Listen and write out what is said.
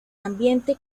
ambiente